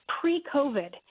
pre-COVID